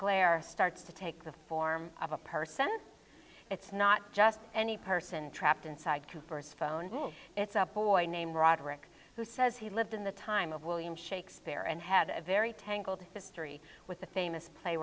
glare starts to take the form of a person it's not just any person trapped inside cooper's phone it's a boy named roderick who says he lived in the time of william shakespeare and had a very tangled history with the famous play